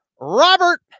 Robert